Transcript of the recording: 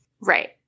Right